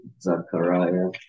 Zachariah